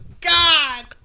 God